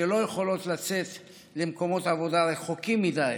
שלא יכולות לצאת למקומות עבודה רחוקים מדי